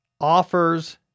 offers